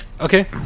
Okay